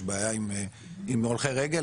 יש בעיה עם הולכי רגל,